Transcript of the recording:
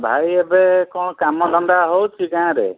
ଭାଇ ଏବେ କ'ଣ କାମ ଧନ୍ଧା ହେଉଛି ଗାଁରେ